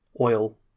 oil